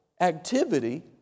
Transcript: activity